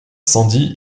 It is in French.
sandy